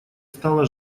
стала